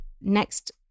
next